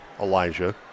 Elijah